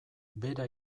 bera